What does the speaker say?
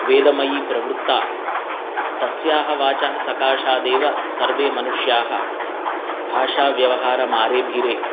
वेदमयी प्रवृत्ता तस्याः वाचः सकाशादेव सर्वे मनुष्याः भाषाव्यवहारम् आरेभिरे